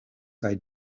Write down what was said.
kaj